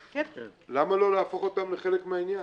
למה לא להפוך אותם לחלק מהעניין?